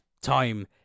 time